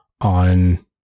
on